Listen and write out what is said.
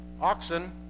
oxen